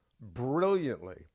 brilliantly